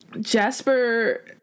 Jasper